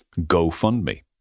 GoFundMe